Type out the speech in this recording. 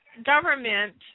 government